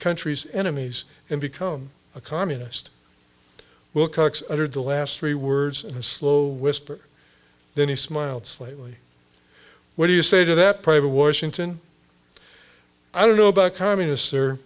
country's enemies and become a communist willcox under the last three words in a slow whisper then he smiled slightly what do you say to that private washington i don't know about communists or